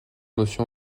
notion